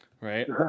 Right